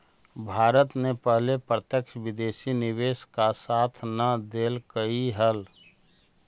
भारत ने पहले प्रत्यक्ष विदेशी निवेश का साथ न देलकइ हल